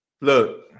look